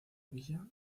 villa